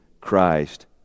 Christ